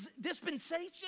dispensation